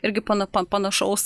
irgi pan pan panašiai panašaus